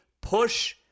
push